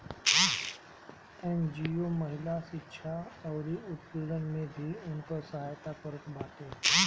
NGO महिला शिक्षा अउरी उत्पीड़न में भी उनकर सहायता करत बाटे